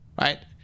right